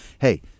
hey